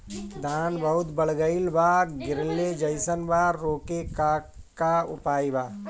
धान बहुत बढ़ गईल बा गिरले जईसन बा रोके क का उपाय बा?